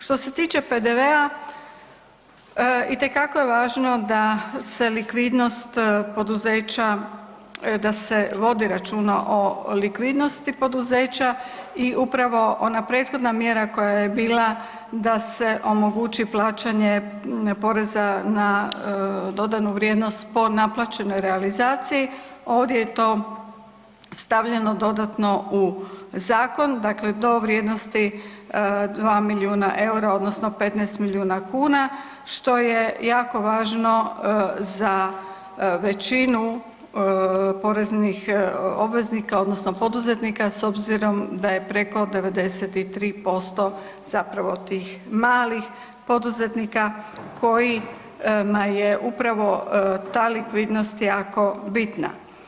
Što se tiče PDV-a itekako je važno da se likvidnost poduzeća da se vodi računa o likvidnosti poduzeća i upravo ona prethodna mjera koja je bila da se omogući plaćanje poreza na dodanu vrijednost po naplaćenoj realizaciji ovdje je to stavljeno dodatno u zakon, dakle do vrijednosti 2 milijuna EUR-a odnosno 15 miliona kuna što je jako važno za većinu poreznih obveznika odnosno poduzetnika s obzirom da je preko 93% zapravo tih malih poduzetnika kojima je upravo ta likvidnost jako bitna.